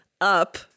up